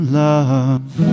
love